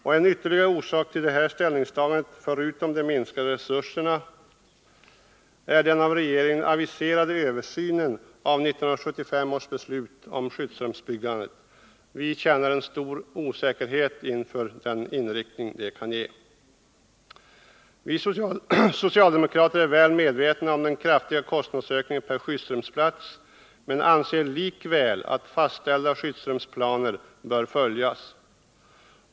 Ytterligare en orsak till detta ställningstagande, förutom den minskade resursramen, är den av regeringen aviserade översynen av 1975 års beslut om skyddsrumsbyggandet. Vi känner stor osäkerhet inför den inriktning det kan ge. Vi socialdemokrater är väl medvetna om den kraftiga kostnadsökningen per skyddsrumsplats men anser likväl att fastställda skyddsrumsplaner bör följas.